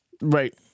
right